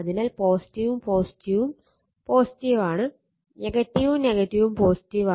അതിനാൽ ഉം ഉം ആണ്